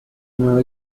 nueva